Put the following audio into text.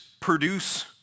produce